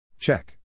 Check